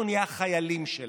אנחנו נהיה החיילים שלה.